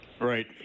Right